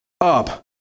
up